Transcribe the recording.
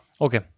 Okay